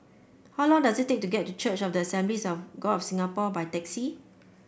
how long does it take to get to Church of the Assemblies of God of Singapore by taxi